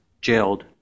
jailed